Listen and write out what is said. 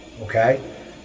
okay